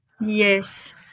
Yes